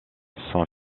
son